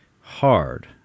hard